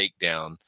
takedown